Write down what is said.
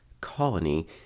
colony